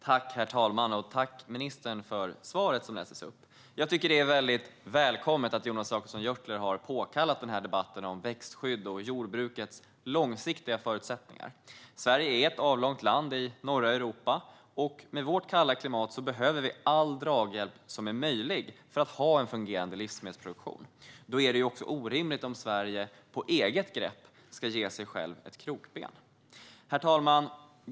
Herr talman! Tack, ministern, för svaret! Jag tycker att det är välkommet att Jonas Jacobsson Gjörtler har påkallat den här debatten om växtskydd och jordbrukets långsiktiga förutsättningar. Sverige är ett avlångt land i norra Europa, och med vårt kalla klimat behöver vi all draghjälp som är möjlig att få för att ha en fungerande livsmedelsproduktion. Då är det också orimligt om Sverige på eget grepp ska fälla krokben på sig självt. Herr talman!